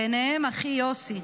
ביניהם אחי יוסי.